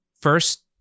first